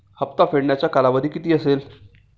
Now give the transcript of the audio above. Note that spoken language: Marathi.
हप्ता फेडण्याचा कालावधी किती असेल?